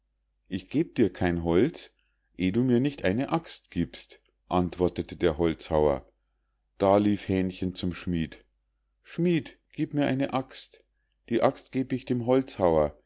ich geb dir kein holz eh du mir nicht eine axt giebst antwortete der holzhauer da lief hähnchen zum schmied schmied gieb mir ne axt die axt geb ich dem holzhauer